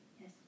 Yes